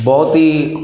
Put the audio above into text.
ਬਹੁਤ ਹੀ